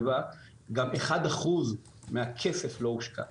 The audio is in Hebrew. אלא גם אחד אחוז מהכסף לא הושקע.